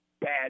bad